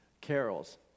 carols